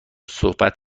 صحبت